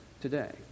today